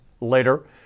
Later